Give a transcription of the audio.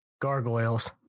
gargoyles